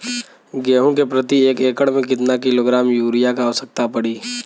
गेहूँ के प्रति एक एकड़ में कितना किलोग्राम युरिया क आवश्यकता पड़ी?